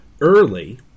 early